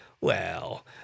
Well